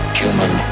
human